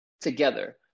together